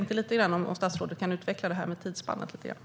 Kan statsrådet utveckla detta med tidsspannet lite grann?